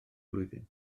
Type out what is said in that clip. blwyddyn